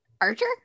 Archer